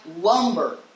lumber